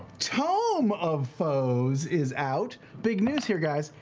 tome of foes is out. big news here guys,